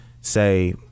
say